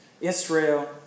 Israel